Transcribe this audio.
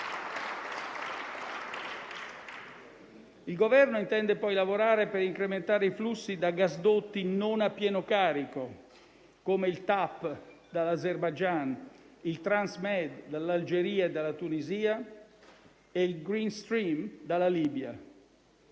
Il Governo intende poi lavorare per incrementare i flussi da gasdotti non a pieno carico, come il TAP dall'Azerbaijan, il Transmed dall'Algeria e dalla Tunisia e il Greenstream dalla Libia.